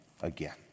again